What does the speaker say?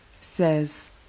says